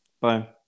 Bye